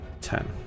Ten